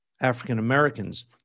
African-Americans